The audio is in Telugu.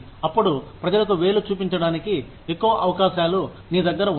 అప్పుడు ప్రజలకు వేలు చూపించడానికి ఎక్కువ అవకాశాలు నీ దగ్గర ఉన్నాయి